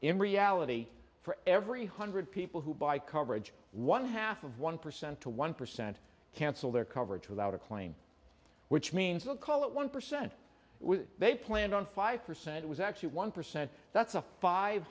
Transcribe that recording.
in reality for every hundred people who buy coverage one half of one percent to one percent cancel their coverage without a claim which means they'll call it one percent when they planned on five percent was actually one percent that's a five